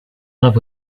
love